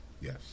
Yes